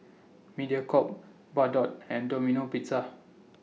Mediacorp Bardot and Domino Pizza